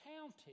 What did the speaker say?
counted